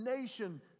nation